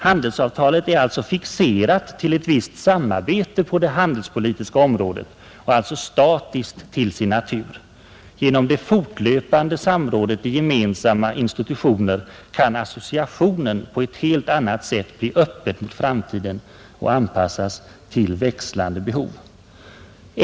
Handelsavtalet är fixerat till ett visst samarbete på det handelspolitiska området och sålunda statiskt till sin natur. Genom det fortlöpande samrådet i gemensamma institutioner kan associationen på ett helt annat sätt bli öppen i framtiden och anpassas till växlande behov.